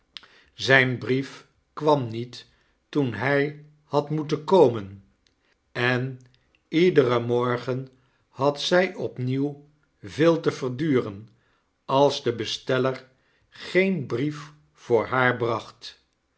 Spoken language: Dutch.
zijn brief kwam niet toen hij had moeten komen en iederen morgen had zij opnieuw veel te verduren als de besteller geen brief voor haar bracht